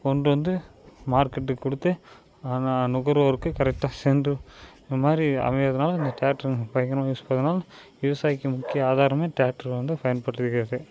கொண்டு வந்து மார்க்கெட்டுக்கு கொடுத்து ஆனால் நுகர்வோருக்கு கரெக்டாக சென்று இந்தமாரி அமைகிறதுனால இந்த டிராக்ட்டருங்க பயங்கரமாக யூஸ் பண்ணுறதுனால விவசாயிக்கு முக்கிய ஆதாரமே டிராக்ட்ரு வந்து பயன்படுத்துகிறது